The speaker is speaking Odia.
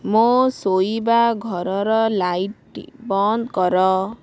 ମୋ ଶୋଇବା ଘରର ଲାଇଟ୍ ବନ୍ଦ କର